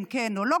כן או לא,